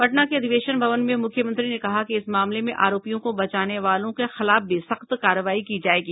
पटना के अधिवेशन भवन में मुख्यमंत्री ने कहा कि इस मामले में आरोपियों को बचाने वालों के खिलाफ भी सख्त कार्रवाई की जायेगी